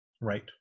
Right